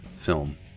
Film